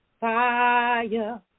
fire